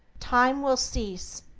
time will cease,